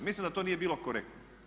Mislim da to nije bilo korektno.